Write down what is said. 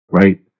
right